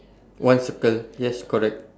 one circle yes correct